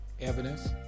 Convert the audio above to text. Evidence